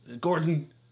Gordon